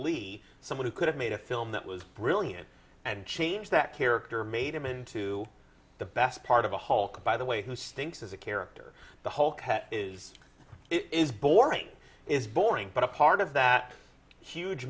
lee someone who could have made a film that was brilliant and change that character made him into the best part of a whole by the way who stinks as a character the whole is it is boring is boring but a part of that huge